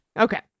Okay